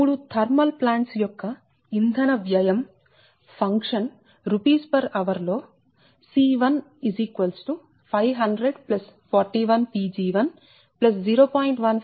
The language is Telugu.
మూడు థర్మల్ ప్లాంట్స్ యొక్క ఇంధన వ్యయం ఫంక్షన్ Rshr లో C150041 Pg10